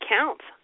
counts